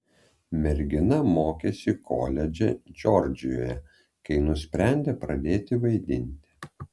mergina mokėsi koledže džordžijoje kai nusprendė pradėti vaidinti